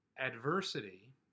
Adversity